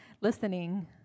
listening